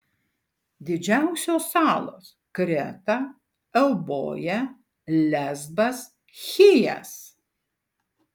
didžiausios salos kreta euboja lesbas chijas